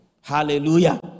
hallelujah